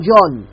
John